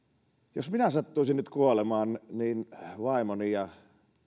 jos minä sattuisin nyt kuolemaan niin vaimoni ja